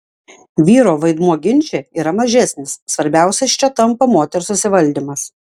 vyro vaidmuo ginče yra mažesnis svarbiausias čia tampa moters susivaldymas